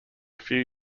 few